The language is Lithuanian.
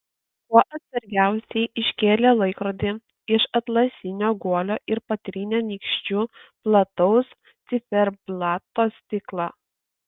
kuo atsargiausiai iškėlė laikrodį iš atlasinio guolio ir patrynė nykščiu plataus ciferblato stiklą